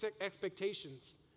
expectations